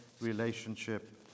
relationship